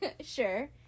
Sure